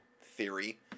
theory